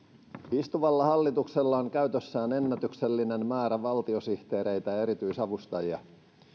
istuvalla hallituksella on käytössään ennätyksellinen määrä valtiosihteereitä ja erityisavustajia